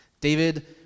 David